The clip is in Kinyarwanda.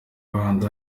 n’abahanzi